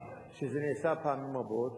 הם ישיבו לך שזה נעשה פעמים רבות